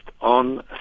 on